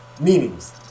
meanings